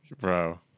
Bro